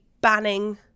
banning